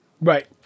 Right